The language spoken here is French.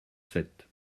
sept